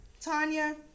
Tanya